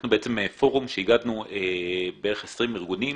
אנחנו פורום שאיגדנו בערך 20 ארגונים,